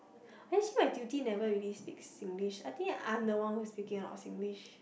actually my tutee never really speak Singlish I think I'm the one who's speaking a lot of Singlish